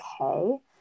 okay